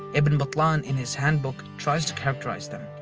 ibn butlan, in his handbook, tries to characterize them.